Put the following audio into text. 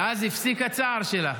ואז הפסיק הצער שלה.